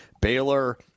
Baylor